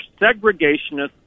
segregationists